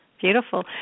beautiful